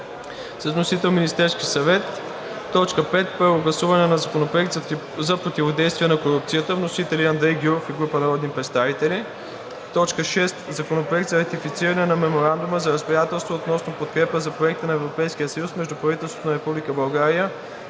гласуване на 20 юли 2022 г. 5. Първо гласуване на Законопроекта за противодействие на корупцията. Вносители са Андрей Гюров и група народни представители, 9 юни 2022 г. 6. Законопроект за ратифициране на Меморандума за разбирателство относно подкрепа за проекти на Европейския съюз между правителството на Република България